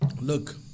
Look